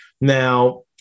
Now